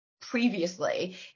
previously